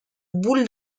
boule